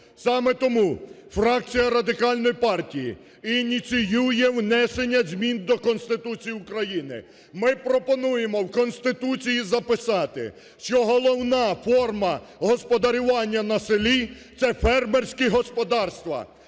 Саме тому фракція Радикальної партії ініціює внесення змін до Конституції України, ми пропонуємо в Конституції записати, що головна форма господарювання на селі – це фермерські господарства.